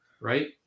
right